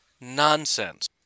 Nonsense